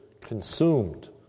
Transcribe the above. consumed